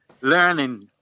learning